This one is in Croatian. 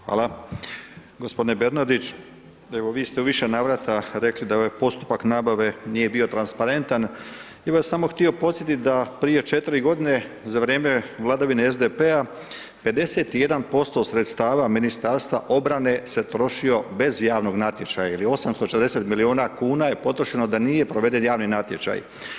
Hvala. g. Bernardić, evo vi ste u više navrata rekli da ovaj postupak nabave nije bio transparentan, ja bih vas samo htio podsjetit da prije 4 godine za vrijeme vladavine SDP-a 51% sredstava Ministarstva obrane se trošio bez javnog natječaja, jel 840 milijuna kuna je potrošeno da nije proveden javni natječaj.